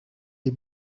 les